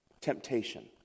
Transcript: Temptation